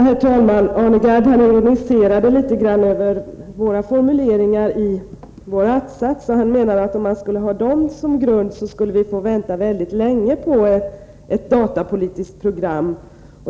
Herr talman! Arne Gadd ironiserade över formuleringen av våra attsatser. Han menade att om vi hade dessa som grund, skulle vi få vänta länge på ett datapolitiskt program.